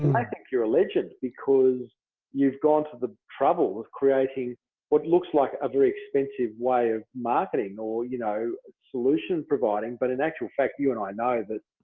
i think you're a legend because you've gone to the trouble of creating what looks like a very expensive way of marketing or you know solution providing. but in actual fact you you and i know that